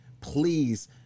please